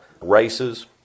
races